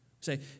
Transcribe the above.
Say